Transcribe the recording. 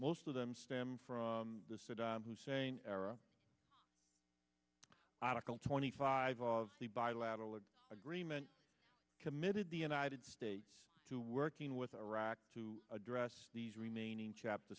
most of them stem from the saddam hussein era article twenty five of the bilateral agreement committed the united states to working with our to address these remaining chapter